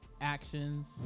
actions